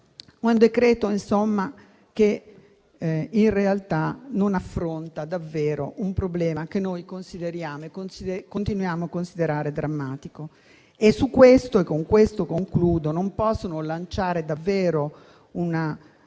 un decreto-legge che in realtà non affronta davvero un problema che consideriamo e continuiamo a considerare drammatico. Su questo - e mi avvio a concludere - non posso non lanciare davvero un